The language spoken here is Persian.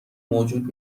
موجود